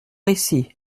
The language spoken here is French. ici